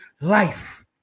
life